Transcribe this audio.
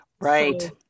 Right